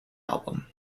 album